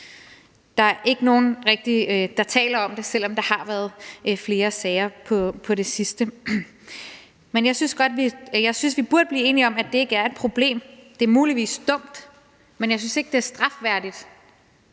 Der er ikke rigtig nogen, der taler om det, selv om der har været flere sager på det sidste, men jeg synes, vi burde blive enige om, at det ikke er et problem. Det er muligvis dumt, men jeg synes ikke, det er strafværdigt